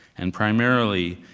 and primarily,